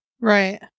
Right